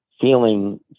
feeling